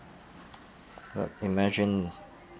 uh imagine